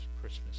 Christmas